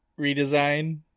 redesign